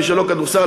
מי שלא בכדורסל,